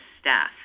staff